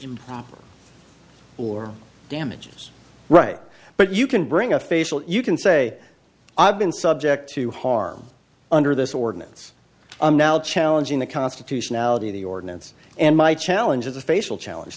improper or damages right but you can bring a facial you can say i've been subject to harm under this ordinance i'm now challenging the constitutionality of the ordinance and my challenge as a facial challenge